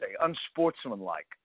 unsportsmanlike